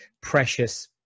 precious